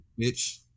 Bitch